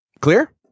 clear